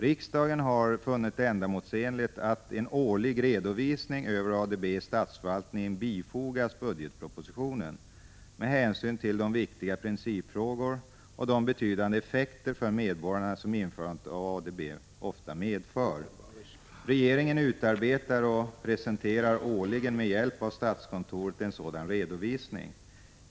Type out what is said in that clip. Riksdagen har funnit det ändamålsenligt att en årlig redovisning över ADB i statsförvaltningen bifogas budgetpropositionen med hänsyn till de viktiga principfrågor och de betydande effekter för medborgarna som införandet av ADB ofta medför. Regeringen utarbetar och presenterar årligen med hjälp av statskontoret en sådan redovisning.